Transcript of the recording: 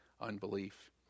unbelief